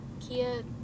Kia